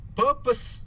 purpose